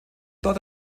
dort